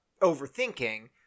overthinking